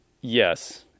Yes